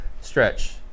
stretch